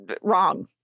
wrong